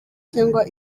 cyangwa